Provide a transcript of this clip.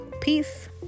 peace